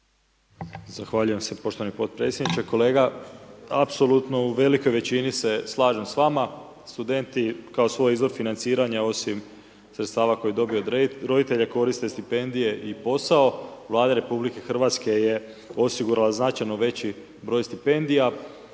Zahvaljujem se poštovani potpredsjedniče. Kolega apsolutno u velikoj većini se slažem s vama. Studenti kao svoj izvor financiranja, osim sredstava koje dobiju od roditelja, koriste stipendije i posao. Vlada RH je osigurala značajno veći broj stipendija,